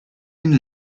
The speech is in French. une